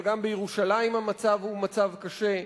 אבל גם בירושלים המצב קשה.